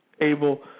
able